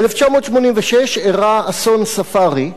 ב-1986 אירע אסון ה"ספארי"